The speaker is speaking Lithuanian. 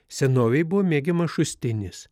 senovėj buvo mėgiamas šustinis